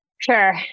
Sure